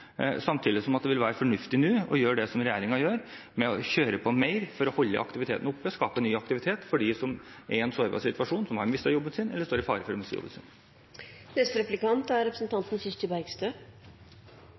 Samtidig vil det være fornuftig å gjøre det som regjeringen gjør – å kjøre på mer for å holde aktiviteten oppe, skape ny aktivitet for dem som er i en sårbar situasjon, som har mistet jobben sin, eller står i fare for å miste jobben